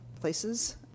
places